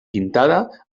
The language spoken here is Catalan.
pintada